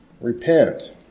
Repent